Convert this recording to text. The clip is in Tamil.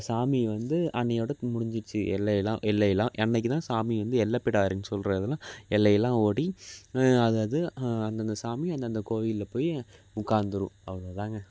சாமி வந்து அன்றையோட முடிஞ்சுர்ச்சு எல்லையெல்லாம் எல்லையெல்லாம் அன்னைக்கு தான் சாமி வந்து எல்லைப்பிடாரின்னு சொல்கிறதெல்லாம் எல்லையெல்லாம் ஓடி அதாவது அந்தந்த சாமி அந்தந்த கோவிலில் போய் உட்காந்துரும் அவ்வளோ தாங்க